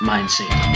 Mindset